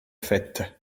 fête